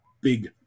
big